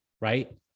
right